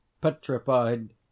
petrified